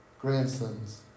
grandsons